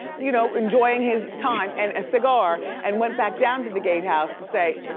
you know enjoying his time and a cigar, and went back down to the gate house to say,